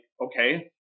okay